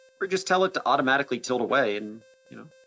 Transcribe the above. or just tell it to automatically tilt away, and you know,